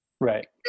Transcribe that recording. Right